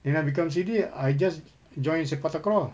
then I become C_D I just join sepak takraw